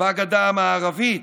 בגדה המערבית,